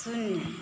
शून्य